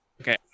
Okay